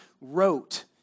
wrote